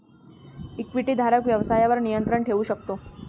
इक्विटीधारक व्यवसायावर नियंत्रण ठेवू शकतो